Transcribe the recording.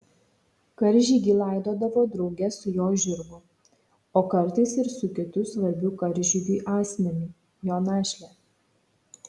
karžygį laidodavo drauge su jo žirgu o kartais ir su kitu svarbiu karžygiui asmeniu jo našle